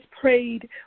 prayed